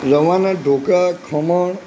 રવાનાં ઢોકળાં ખમણ